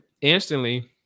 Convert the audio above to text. instantly